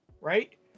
right